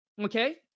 Okay